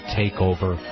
takeover